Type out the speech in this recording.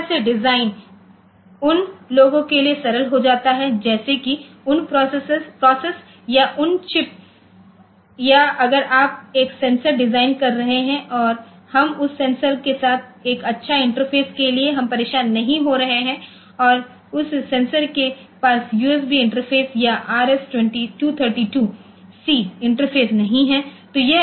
तो इस तरह से डिजाइन उन लोगों के लिए सरल हो जाता है जैसे कि उन प्रोसेस या उन चिप या अगर आप एक सेंसर डिजाइन कर रहे हैं और हम उस सेंसर के साथ एक अच्छा इंटरफेस के लिए हम परेशान नहीं हो रहे हैं और उस सेंसर के पास यूएसबी इंटरफ़ेस या आर एस 232 सी इंटरफेस नहीं है